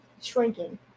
shrinking